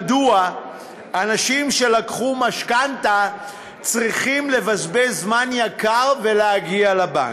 מדוע אנשים שלקחו משכנתה צריכים לבזבז זמן יקר ולהגיע לבנק?